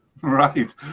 right